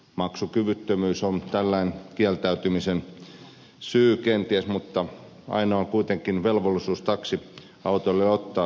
maksukyvyttömyys on tällöin kieltäytymisen syy kenties mutta aina on kuitenkin velvollisuus taksiautoilijalla ottaa asiakas kyytiin